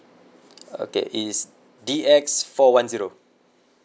okay it's D X four one zero